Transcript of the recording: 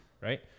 right